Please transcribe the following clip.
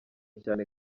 cyane